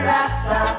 Rasta